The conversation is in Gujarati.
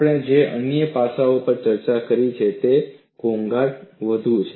આપણે જે અન્ય પાસાઓ પર ચર્ચા કરી તે ઘોંઘાટ વધુ હતી